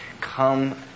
Come